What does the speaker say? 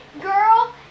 Girl